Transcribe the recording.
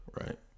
Right